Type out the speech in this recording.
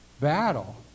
battle